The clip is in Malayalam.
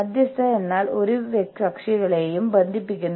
അതിനാൽ നിങ്ങൾ കാര്യങ്ങൾ സ്തംഭിപ്പിക്കുന്നു